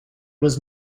was